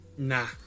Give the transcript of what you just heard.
Nah